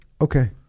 okay